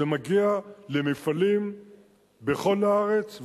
זה מגיע למפעלים בכל הארץ,